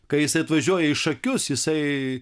kai jisai atvažiuoja į šakius jisai